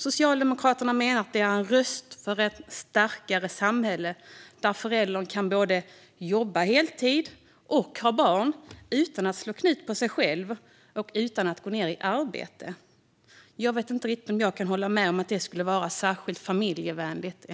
Socialdemokraterna menar att de är en röst för ett starkare samhälle där föräldern både kan jobba heltid och ha barn utan att slå knut på sig själv och utan att gå ned i arbetstid. Jag vet inte riktigt om jag kan hålla med om att det skulle vara särskilt familjevänligt.